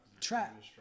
trap